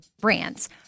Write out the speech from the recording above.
brands